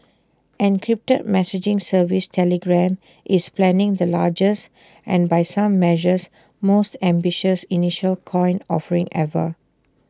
encrypted messaging service Telegram is planning the largest and by some measures most ambitious initial coin offering ever